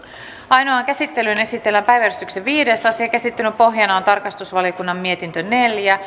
ainoaan käsittelyyn esitellään päiväjärjestyksen viides asia käsittelyn pohjana on tarkastusvaliokunnan mietintö neljä